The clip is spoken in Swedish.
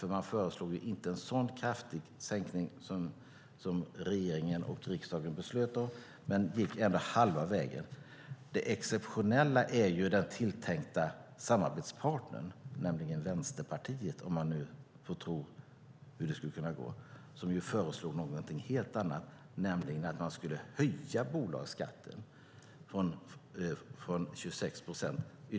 De föreslog inte en så kraftig sänkning som regeringen och riksdagen beslutade om, men de gick ändå halva vägen. Det exceptionella är ju den tilltänka samarbetspartnern, nämligen Vänsterpartiet, som föreslår att man skulle höja bolagsskatten med ytterligare ett par procent från 26 procent.